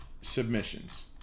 submissions